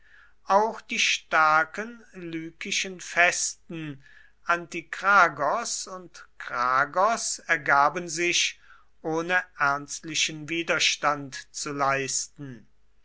auch die starken lykischen festen antikragos und kragos ergaben sich ohne ernstlichen widerstand zu leisten